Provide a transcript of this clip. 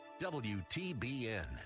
WTBN